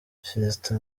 fiston